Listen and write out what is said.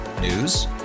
News